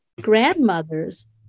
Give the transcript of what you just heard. grandmothers